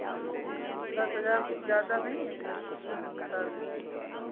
दस हज़ार कुछ ज़्यादा नहीं है आप जो इतना बता रहे हैं